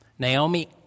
Naomi